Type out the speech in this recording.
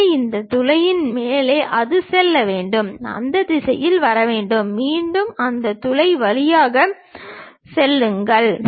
எனவே இந்த துளைக்கு மேலே அது செல்ல வேண்டும் அந்த திசையில் வர வேண்டும் மீண்டும் அந்த துளை வழியாக செல்லுங்கள்